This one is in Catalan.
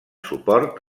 suport